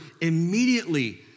immediately